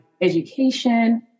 education